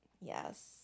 Yes